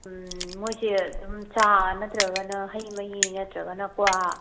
ꯃꯈꯣꯏꯁꯦ ꯑꯗꯨꯝ ꯆꯥ ꯅꯠꯇ꯭ꯔꯒꯅ ꯍꯩ ꯃꯍꯤ ꯅꯠꯇ꯭ꯔꯒꯅ ꯀ꯭ꯋꯥ